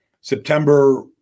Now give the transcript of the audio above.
September